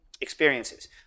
experiences